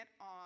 on